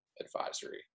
advisory